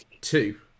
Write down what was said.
Two